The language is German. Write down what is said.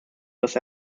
dass